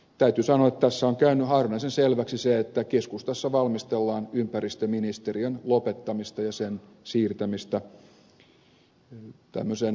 täytyy sanoa että tässä on käynyt harvinaisen selväksi se että keskustassa valmistellaan ympäristöministeriön lopettamista ja sen siirtämistä tämmöiseen luonnonvaraministeriöön